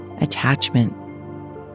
attachment